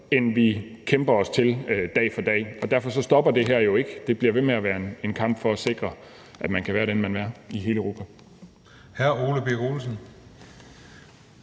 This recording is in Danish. hvad vi kæmper os til dag for dag. Derfor stopper det her jo ikke – det bliver ved med at være en kamp for at sikre, at man kan være den, man er, i hele Europa.